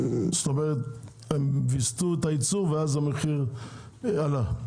זאת אומרת שהם ויסתו את הייצור ואז המחיר עלה.